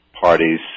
parties